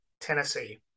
Tennessee